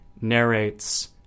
narrates